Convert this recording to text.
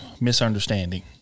misunderstanding